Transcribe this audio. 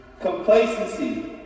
Complacency